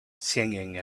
singing